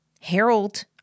Harold